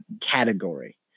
category